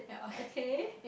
okay